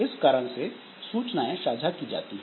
इस कारण से सूचनाएं साझा की जाती हैं